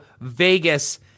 Vegas